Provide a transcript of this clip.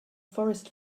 forest